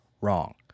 Wrong